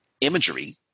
imagery